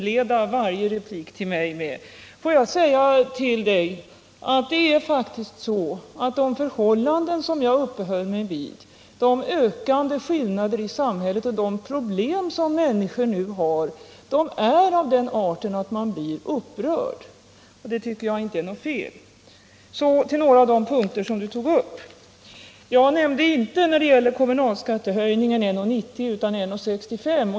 Låt mig säga att de förhållanden som jag uppehöll mig vid, de ökande skillnaderna i samhället och de problem som människor nu har, är av den arten att man blir upprörd, och det tycker jag inte är något fel. Jag övergår så till några av de punkter som Kjell Mattsson tog upp. Jag utgick för det första inte från en kommunalskattehöjning på 1:90 utan en på 1:65.